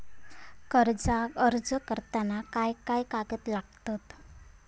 कर्जाक अर्ज करताना काय काय कागद लागतत?